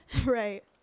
Right